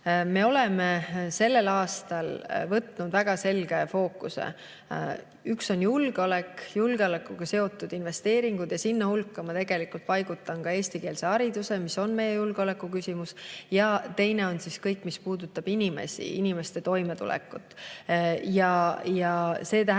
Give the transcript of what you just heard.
Me oleme sellel aastal võtnud väga selge fookuse. Üks on julgeolek, julgeolekuga seotud investeeringud, ja sinna hulka ma paigutan ka eestikeelse hariduse, mis on meie julgeoleku küsimus. Ja teine on kõik, mis puudutab inimesi, inimeste toimetulekut. See tähendab